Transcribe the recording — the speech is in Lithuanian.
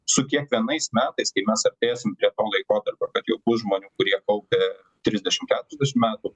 su kiekvienais metais kai mes artėsim prie to laikotarpio kad jau tų žmonių kurie kaupė trisdešimt keturiasdešimt metų